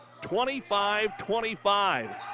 25-25